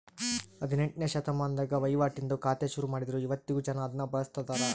ಹದಿನೆಂಟ್ನೆ ಶತಮಾನದಾಗ ವಹಿವಾಟಿಂದು ಖಾತೆ ಶುರುಮಾಡಿದ್ರು ಇವತ್ತಿಗೂ ಜನ ಅದುನ್ನ ಬಳುಸ್ತದರ